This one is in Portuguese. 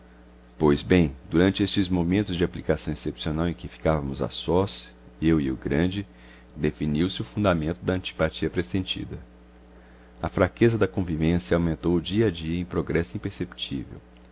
pois bem durante estes momentos de aplicação excepcional em que ficávamos a sós eu e o grande definiu se o fundamento da antipatia pressentida a franqueza da convivência aumentou dia a dia em progresso imperceptível